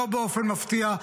לא באופן מפתיע,